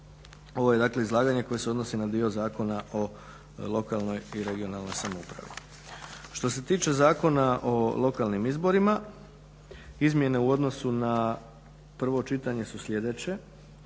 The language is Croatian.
ovo je dakle izlaganje koji se odnosi na dio Zakona o lokalnoj i regionalnoj samoupravi. Što se tiče Zakona o lokalnim izborima izmjene u odnosu na prvo čitanje su sljedeće,